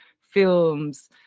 films